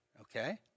Okay